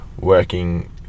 working